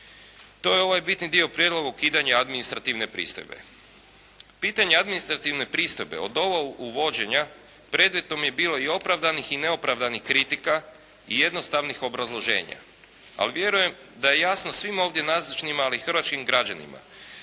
to je ovaj bitni dio prijedloga ukidanja administrativne pristojbe. Pitanje administrativne pristojbe od ovog uvođenja predmetom je bilo i opravdanih i neopravdanih kritika i jednostavnih obrazloženja. Ali vjerujem da je jasno svima ovdje nazočnima ali i hrvatskim građanima